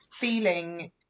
feeling